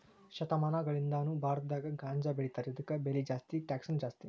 ಶತಮಾನಗಳಿಂದಾನು ಭಾರತದಾಗ ಗಾಂಜಾಬೆಳಿತಾರ ಇದಕ್ಕ ಬೆಲೆ ಜಾಸ್ತಿ ಟ್ಯಾಕ್ಸನು ಜಾಸ್ತಿ